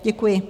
Děkuji.